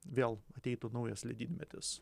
vėl ateitų naujas ledynmetis